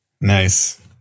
Nice